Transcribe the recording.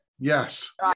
Yes